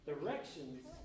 directions